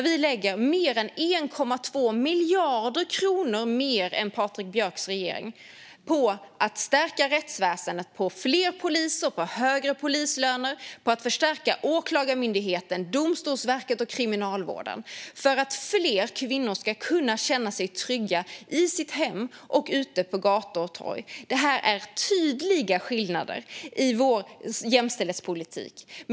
Vi lägger mer än 1,2 miljarder kronor mer än Patrik Björcks regering på att stärka rättsväsendet, på fler poliser, på högre polislöner och på att förstärka Åklagarmyndigheten, Domstolsverket och Kriminalvården, detta för att fler kvinnor ska kunna känna sig trygga i sitt hem och ute på gator och torg. Detta är tydliga skillnader i vår jämställdhetspolitik.